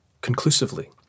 conclusively